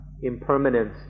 impermanence